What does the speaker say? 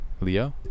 Leo